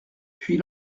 puis